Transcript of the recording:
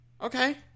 Okay